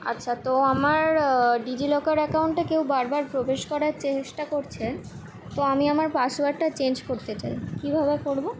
আচ্ছা তো আমার ডিজি লকার অ্যাকাউন্টে কেউ বার বার প্রবেশ করার চেষ্টা করছেন তো আমি আমার পাসওয়ার্ডটা চেঞ্জ করতে চাই কীভাবে করবো